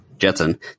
Jetson